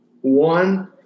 one